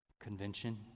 Convention